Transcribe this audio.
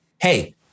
Hey